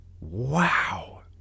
Wow